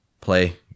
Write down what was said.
play